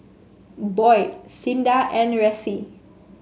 Boyd Cinda and Ressie